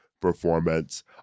performance